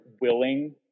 willing